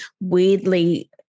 weirdly